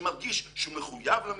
שמדגיש שהוא מחויב למצוות.